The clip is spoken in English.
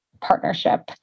partnership